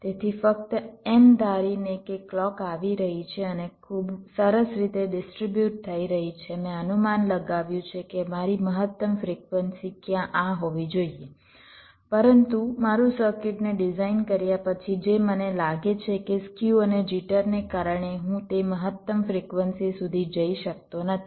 તેથી ફક્ત એમ ધારીને કે ક્લૉક આવી રહી છે અને ખૂબ સરસ રીતે ડીસ્ટ્રીબ્યુટ થઈ રહી છે મેં અનુમાન લગાવ્યું છે કે મારી મહત્તમ ફ્રિક્વન્સી ક્યાં આ હોવી જોઈએ પરંતુ મારું સર્કિટને ડિઝાઇન કર્યા પછી જે મને લાગે છે કે સ્ક્યુ અને જિટરને કારણે હું તે મહત્તમ ફ્રિક્વન્સી સુધી જઈ શકતો નથી